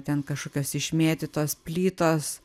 ten kažkokios išmėtytos plytos